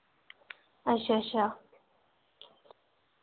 अच्छा अच्छा